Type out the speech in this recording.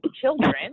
children